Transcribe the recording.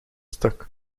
stuk